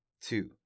two